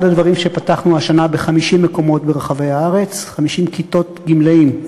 אחד הדברים שפתחנו השנה ב-50 מקומות ברחבי הארץ זה 50 כיתות גמלאים,